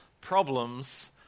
problems